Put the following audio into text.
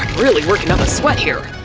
really working up a sweat here.